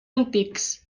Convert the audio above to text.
antics